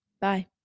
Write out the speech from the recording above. bye